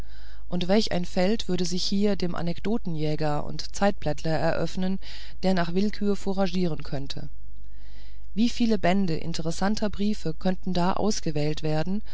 und welch ein feld würde sich hier dem anekdotenjäger und zeitblättler eröffnen der nach willkür fouragieren könnte wie viele bände interessanter briefe könnten da ausgewählt werden